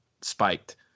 spiked